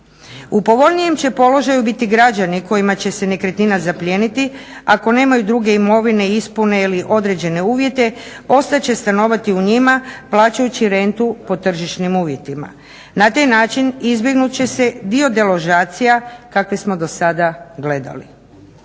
U povoljnijem će položaju biti građani kojima će se nekretnina zaplijeniti ako nemaju druge imovine ispune li određene uvjete ostat će stanovati u njima plaćajući rentu po tržišnim uvjetima. Na taj način izbjegnut će se dio deložacija kakve smo do sada gledali.